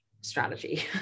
strategy